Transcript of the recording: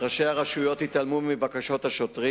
אך ראשי הרשויות התעלמו מבקשות השוטרים